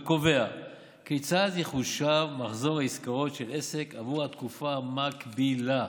וקובע כיצד יחושב מחזור העסקאות של עסק עבור התקופה המקבילה.